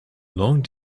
long